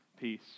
peace